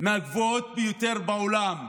מהגבוהות ביותר בעולם.